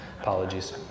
Apologies